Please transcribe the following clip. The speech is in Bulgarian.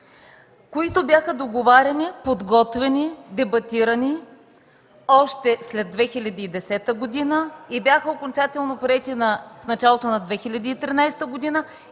които бяха договаряни, подготвени, дебатирани още след 2010 г. и бяха окончателно приети в началото на 2013 г.